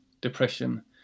depression